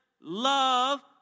love